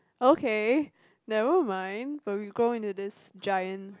okay never mind but we grow into this giant